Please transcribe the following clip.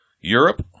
Europe